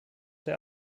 der